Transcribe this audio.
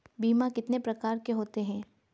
बीमा कितने प्रकार के होते हैं?